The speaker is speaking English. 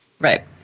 Right